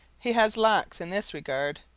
he has lacks in this regard,